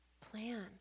Plan